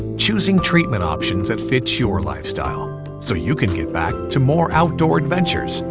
choosing treatment options that fit your lifestyle so you can get back to more outdoor adventures,